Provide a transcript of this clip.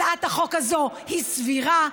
הצעת החוק הזו היא סבירה,